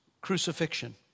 crucifixion